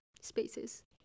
Spaces